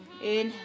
Inhale